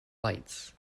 lights